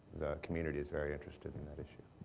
the community is very interested in that issue.